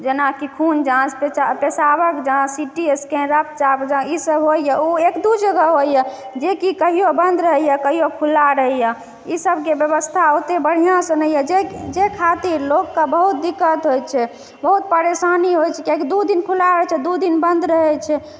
जेनाकि खुन जाँच पेशाबक जाँच सि टी स्केन रक्त चाप ई सब होइए ओहो एक दू जगह होइए जेकि कहियो बन्द रहैए कहियो खुलल रहैए ई सबके व्यवस्था ओते बढ़िआँसँ नहि यऽ जाहि खातिर लोकके बहुत दिक्कत होइ छै बहुत परेशानी होइ छै कियाकि दू दिन खुला रहै छै दू दिन बन्द रहै छै